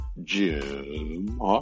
Jim